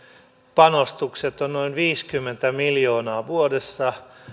panostukset ovat noin viisikymmentä miljoonaa vuodessa ja